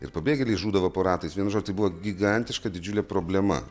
ir pabėgėliai žūdavo po ratais vienu žo tai buvo gigantiška didžiulė problema